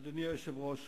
אדוני היושב-ראש,